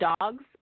dogs